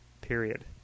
period